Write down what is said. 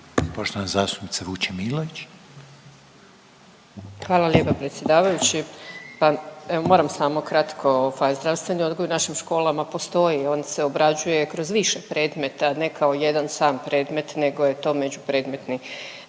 Vesna (Hrvatski suverenisti)** Hvala lijepa predsjedavajući. Pa evo moram samo kratko, ovaj zdravstveni odgoj u našim školama postoji, on se obrađuje kroz više predmeta, ne kao jedan sam predmet nego je to međupredmetni,